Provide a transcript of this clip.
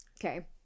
Okay